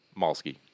Malski